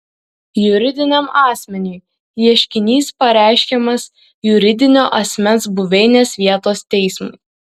juridiniam asmeniui ieškinys pareiškiamas juridinio asmens buveinės vietos teismui